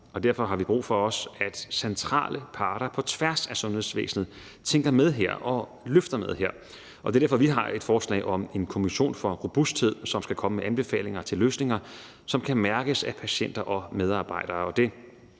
Derfor har vi også brug for, at centrale parter på tværs af sundhedsvæsenet tænker med her og løfter noget her. Og det er derfor, vi har et forslag om en kommission for robusthed, som skal komme med anbefalinger til løsninger, som kan mærkes af patienter og medarbejdere.